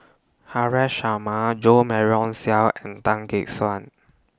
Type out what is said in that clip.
Haresh Sharma Jo Marion Seow and Tan Gek Suan